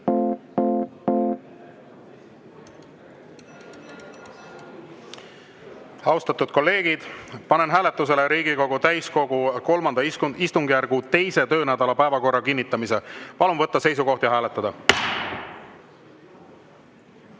Austatud kolleegid, panen hääletusele Riigikogu täiskogu III istungjärgu 2. töönädala päevakorra kinnitamise. Palun võtta seisukoht ja hääletada!